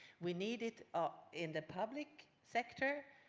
we need it ah in the public sector,